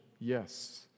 Yes